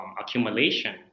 accumulation